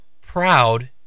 proud